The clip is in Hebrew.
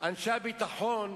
אנשי הביטחון,